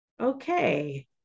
okay